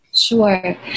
Sure